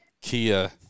Kia